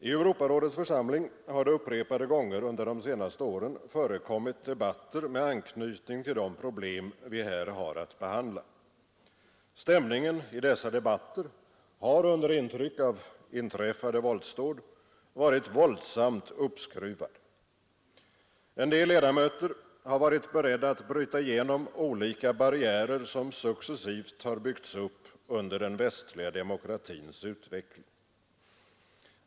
I Europarådets församling har det upprepade gånger under de senaste åren förekommit debatter med anknytning till de problem vi här har att behandla. Stämningen i dessa debatter har under intryck av inträffade våldsdåd varit våldsamt uppskruvad. En del ledamöter har varit beredda att bryta igenom olika barriärer som successivt byggts upp under den västliga demokratins utveckling.